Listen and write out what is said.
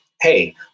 hey